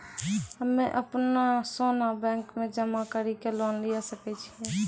हम्मय अपनो सोना बैंक मे जमा कड़ी के लोन लिये सकय छियै?